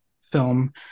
film